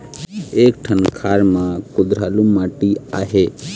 एक ठन खार म कुधरालू माटी आहे?